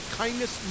kindness